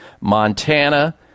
Montana